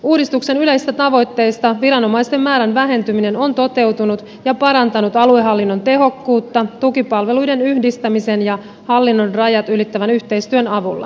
uudistuksen yleisistä tavoitteista viranomaisten määrän vähentyminen on toteutunut ja parantanut aluehallinnon tehokkuutta tukipalvelujen yhdistämisen ja hallinnonrajat ylittävän yhteistyön avulla